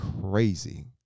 crazy